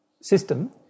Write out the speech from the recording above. system